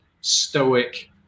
stoic